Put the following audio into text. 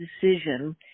decision